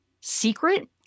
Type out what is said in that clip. secret